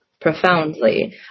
Profoundly